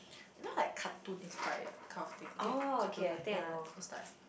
you know like cartoon inspired kind of thing can cartoon like ya those type